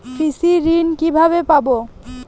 কৃষি ঋন কিভাবে পাব?